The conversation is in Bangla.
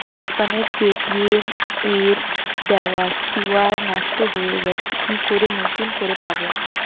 দোকানের পেটিএম এর দেওয়া কিউ.আর নষ্ট হয়ে গেছে কি করে নতুন করে পাবো?